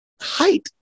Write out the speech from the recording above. height